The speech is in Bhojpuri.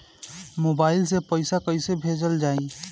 मोबाइल से पैसा कैसे भेजल जाइ?